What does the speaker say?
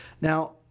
Now